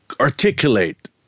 articulate